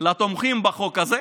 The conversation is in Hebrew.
לתומכים בחוק הזה,